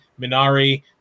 Minari